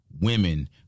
women